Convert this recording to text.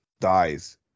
dies